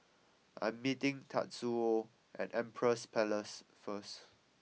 I am meeting Tatsuo at Empress Palace first